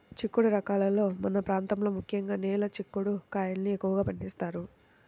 చిక్కుడు రకాలలో మన ప్రాంతంలో ముఖ్యంగా నేల చిక్కుడు కాయల్ని ఎక్కువగా పండిస్తారు